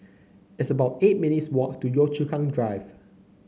it's about eight minutes' walk to Yio Chu Kang Drive